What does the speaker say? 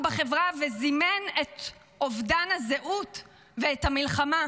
בחברה וזימן את אובדן הזהות ואת המלחמה.